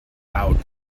out